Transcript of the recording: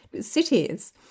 cities